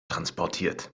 transportiert